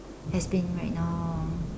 has been right now